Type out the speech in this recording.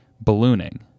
ballooning